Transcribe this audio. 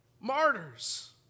martyrs